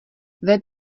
web